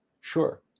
Sure